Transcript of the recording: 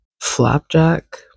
flapjack